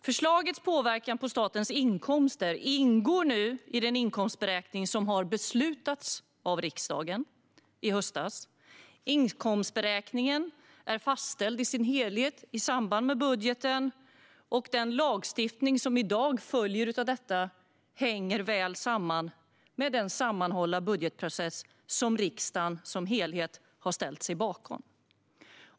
Förslagets påverkan på statens inkomster ingår i den inkomstberäkning som beslutades av riksdagen i höstas. Inkomstberäkningen är fastställd i sin helhet i samband med budgeten, och den lagstiftning som i dag följer av detta hänger samman med den sammanhållna budgetprocess som riksdagen som helhet har ställt sig bakom.